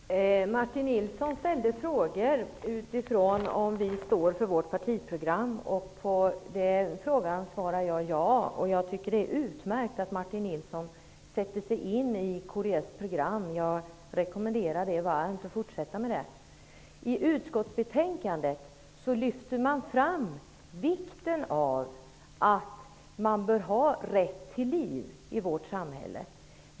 Herr talman! Martin Nilsson ställde frågan om vi står för vårt partiprogram. På den frågan svarar jag ja. Jag tycker att det är utmärkt att Martin Nilsson sätter sig in i kds program. Jag rekommenderar honom varmt att fortsätta med det. I utskottsbetänkandet lyfter man fram vikten av rätten till liv i vårt samhälle.